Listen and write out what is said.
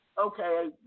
okay